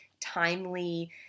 timely